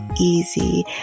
easy